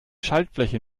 schaltfläche